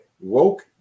Woke